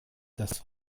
das